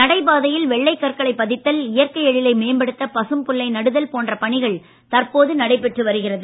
நடைபாதையில் வெள்ளை கற்களைப் பதித்தல் இயற்கை எழிலை மேம்படுத்த பசும்புல்லை நடுதல் போன்ற பணிகள் தற்போது நடைபெற்று வருகிறது